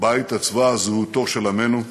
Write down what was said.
שבה התעצבה זהותו של עמנו,